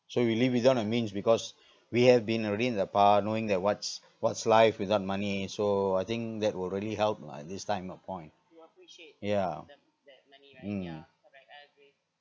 so we live within our means because we have been already in the path knowing that what's what's life without money so I think that will really help lah this time of point yeah mm